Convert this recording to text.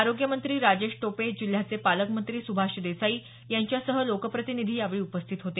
आरोग्य मंत्री राजेश टोपे जिल्ह्याचे पालकमंत्री सुभाष देसाई यांच्यासह लोकप्रतिनिधी यावेळी उपस्थित होते